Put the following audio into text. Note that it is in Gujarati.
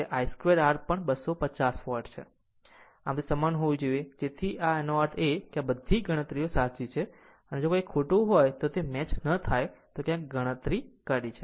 આમ તે સમાન હોવું જોઈએ જેથી આ આ તેનો અર્થ એ કે બધી ગણતરીઓ સાચી છે જો કંઈક ખોટું થાય તો તે મેચ ન થાય તો ક્યાંક r ગણતરી કરી છે